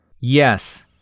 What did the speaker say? Yes